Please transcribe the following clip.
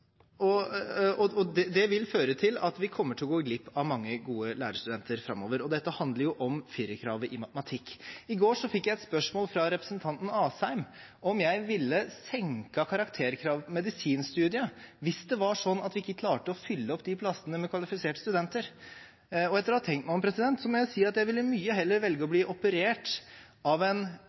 hundrevis av studieplasser tomme. Det vil føre til at vi kommer til å gå glipp av mange gode lærerstudenter framover. Dette handler om firerkravet i matematikk. I går fikk jeg et spørsmål fra representanten Asheim om jeg ville senket karakterkravet til medisinstudiet hvis det var sånn at man ikke klarte å fylle opp plassene med kvalifiserte studenter. Etter å ha tenkt meg om, ville jeg mye heller velge å bli operert av en